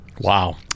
Wow